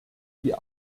die